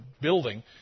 building